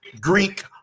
Greek